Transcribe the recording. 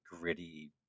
gritty